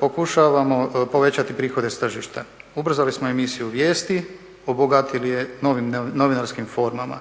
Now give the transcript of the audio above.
Pokušavamo povećati prihode s tržišta. Ubrzali smo emisiju vijesti, obogatili je novinarskim formama,